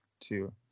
two